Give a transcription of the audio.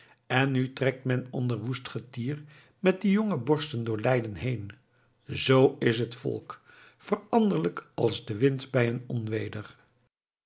en nu trekt men onder woest getier met die jonge borsten door leiden heen z is het volk veranderlijk als de wind bij een